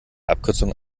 abkürzung